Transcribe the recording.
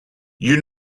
you